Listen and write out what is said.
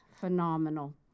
phenomenal